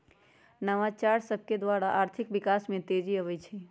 नवाचार सभकेद्वारा आर्थिक विकास में तेजी आबइ छै